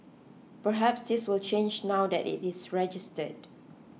perhaps this will change now that it is registered